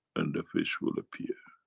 and the fish will appear.